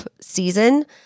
season